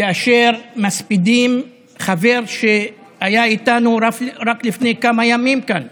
כאשר מספידים חבר שהיה איתנו רק לפני כמה ימים כאן,